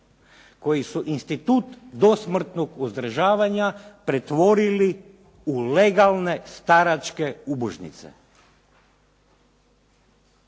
koji su institut dosmrtnog uzdržavanja pretvorili u legalne staračke ubožnice.